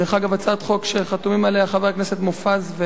זו הצעת חוק שחתומים עליה חבר הכנסת מופז ואני.